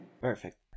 Perfect